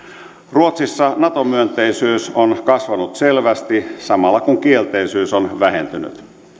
ruotsissa nato myönteisyys on kasvanut selvästi samalla kun kielteisyys on vähentynyt